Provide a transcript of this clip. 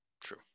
true